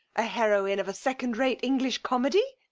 a heroine of second-rate english comedy?